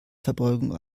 verbeugung